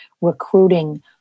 recruiting